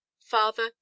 Father